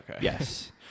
Yes